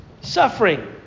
suffering